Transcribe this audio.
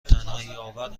تنهاییآور